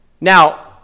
Now